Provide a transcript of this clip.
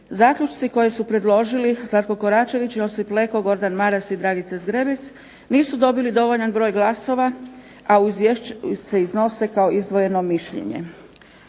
Zaključci koje su predložili Zlatko Koračević, Josip Leko, Gordan Maras i Dragica Zgrebec nisu dobili dovoljan broj glasova, a u izvješću se iznose kao izdvojeno mišljenje.